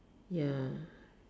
ya